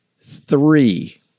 three